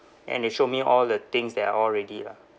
and they showed me all the things that are all ready lah